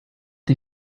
you